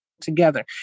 together